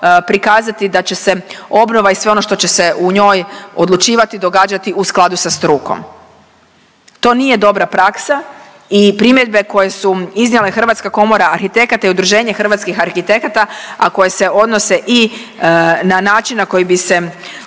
prikazati da će se obnova i sve ono što će se u njoj odlučivati događati u skladu sa strukom. To nije dobra praksa i primjedbe koje su iznijele Hrvatska komora arhitekata i Udruženje hrvatskih arhitekata, a koje se odnose i na način na koji bi se